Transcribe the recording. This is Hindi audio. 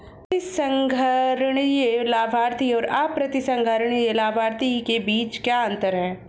प्रतिसंहरणीय लाभार्थी और अप्रतिसंहरणीय लाभार्थी के बीच क्या अंतर है?